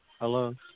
Hello